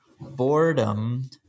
boredom